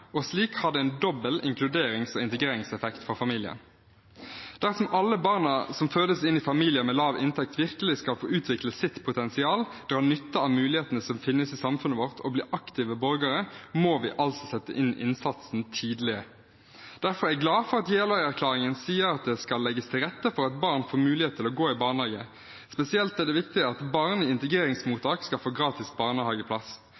og slik har det en dobbel inkluderings- og integreringseffekt for familien. Dersom alle barn som fødes inn i familier med lav inntekt, virkelig skal få utvikle sitt potensial, gjøre seg nytte av mulighetene som finnes i samfunnet vårt, og bli aktive borgere, må vi sette inn innsatsen tidlig. Derfor er jeg glad for at Jeløya-erklæringen sier at det skal legges til rette for at barn får mulighet til å gå i barnehage. Spesielt er det viktig at barn i